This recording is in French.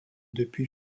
depuis